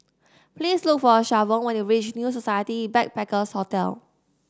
please look for Shavon when you reach New Society Backpackers' Hotel